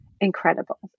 incredible